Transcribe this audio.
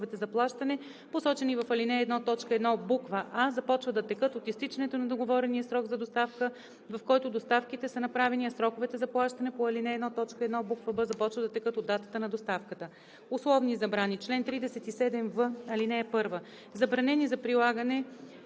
за плащане, посочени в ал. 1, т. 1, буква „а“, започват да текат от изтичането на договорения срок за доставка, в който доставките са направени, а сроковете за плащане по ал. 1, т. 1, буква „б“ започват да текат от датата на доставката. Условни забрани Чл. 37в. (1) Забранени за прилагане